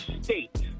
state